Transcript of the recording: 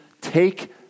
take